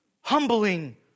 Humbling